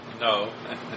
No